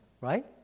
right